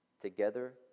Together